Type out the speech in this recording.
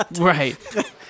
right